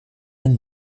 wenn